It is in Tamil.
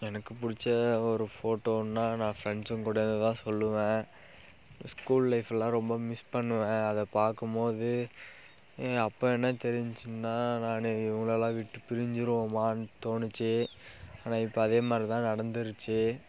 எனக்கு பிடிச்ச ஒரு ஃபோட்டோனால் நான் ஃபிரண்சுங்க கூட இருந்ததுதான் சொல்லுவேன் ஸ்கூல் லைஃபெல்லாம் ரொம்ப மிஸ் பண்ணுவேன் அதை பார்க்கும்போது அப்போ என்ன தெரிஞ்சுச்சுனா நான் இவங்களலாம் விட்டு பிரிஞ்சுருவோமானு தோணுச்சு ஆனால் இப்போ அதே மாதிரிதான் நடந்துருச்சு